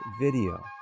video